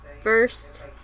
first